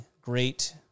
great